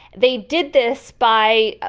they did this by